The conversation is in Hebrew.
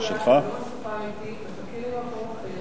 מחכים לי במקום אחר.